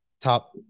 top